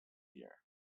year